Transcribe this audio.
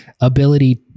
ability